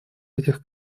этих